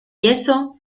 eso